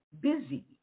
Busy